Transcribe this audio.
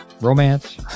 Romance